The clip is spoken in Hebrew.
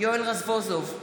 יואל רזבוזוב,